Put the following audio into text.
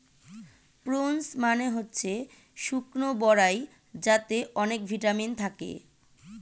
prunes মানে হচ্ছে শুকনো বরাই যাতে অনেক ভিটামিন থাকে